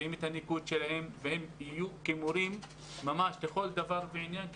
יודעים את הניקוד שלהם והם יהיו כמורים לכל דבר ועניין,